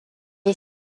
est